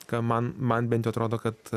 ką man man bent jau atrodo kad